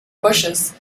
bushes